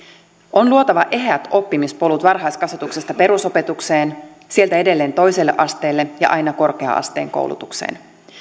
on luotava eheät oppimispolut varhaiskasvatuksesta perusopetukseen sieltä edelleen toiselle asteelle ja aina korkea asteen koulutukseen